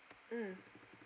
mm